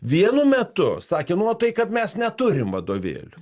vienu metu sakė nu o tai kad mes neturim vadovėlių